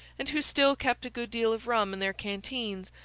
and who still kept a good deal of rum in their canteens,